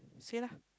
say lah